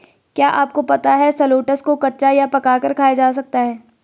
क्या आपको पता है शलोट्स को कच्चा या पकाकर खाया जा सकता है?